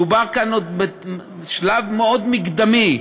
מדובר כאן בשלב מאוד מקדמי.